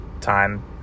time